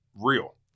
real